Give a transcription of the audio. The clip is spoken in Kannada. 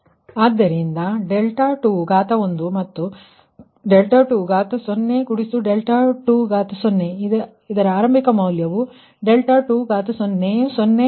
ಆದ್ದರಿಂದ 2 ಅದು2 ∆2 ಆದ್ದರಿಂದ ಆರಂಭಿಕ ಮೌಲ್ಯ 2 0 3